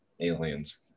aliens